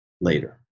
later